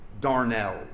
Darnell